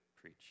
preach